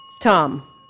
Tom